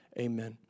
amen